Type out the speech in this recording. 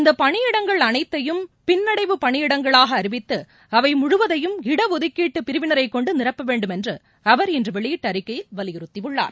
இந்தபணியிடங்கள் அனைத்தையும் பின்னடைவு பணியிடங்களாகஅறிவித்து அவைமுழுவதையும் இடஒதுக்கீட்டுபிரிவினரக்கொண்டுநிரப்பவேண்டும் இன்றுவெளியிட்டஅறிக்கையில் வலியுறுத்தியுள்ளார்